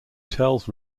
tells